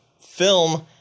film